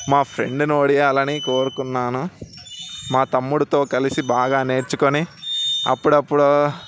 మా ఫ్రెండును ఓడించాలని కోరుకున్నాను మా తమ్ముడితో కలిసి బాగా నేర్చుకొని అప్పుడప్పుడు